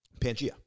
Pangea